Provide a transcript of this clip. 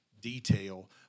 detail